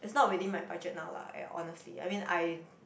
is not within my budget now lah at honestly I mean I